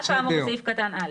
(ד) על אף האמור בסעיף קטן (א),